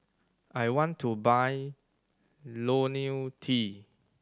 I want to buy Lonil T